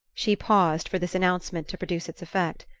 she paused for this announcement to produce its effect.